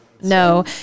No